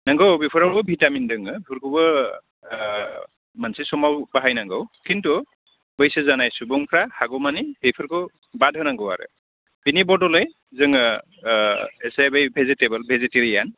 नंगौ बेफोरावबो भिटामिन दङ बेफोरखौबो मोनसे समाव बाहायनांगौ किन्तु बैसो जानाय सुबुंफ्रा हागौमानि बेफोरखौ बाद होनांगौ आरो बेनि बदलै जोङो एसे बै भेजिटेबोल भेजिटेरियान